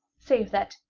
save that,